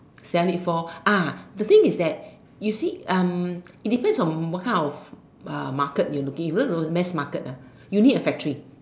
sell it for ah the thing is that you see um it depends on what kind of market you're looking because those mass market ah you need a factory